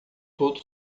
todo